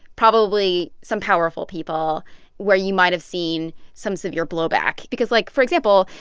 probably some powerful people where you might have seen some severe blowback because, like, for example,